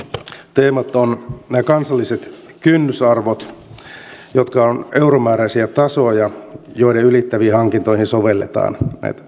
teemat ovat nämä kansalliset kynnysarvot jotka ovat euromääräisiä tasoja jotka ylittäviin hankintoihin sovelletaan